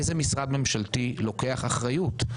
איזה משרד ממשלתי לוקח אחריות,